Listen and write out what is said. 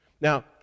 Now